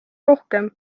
rohkem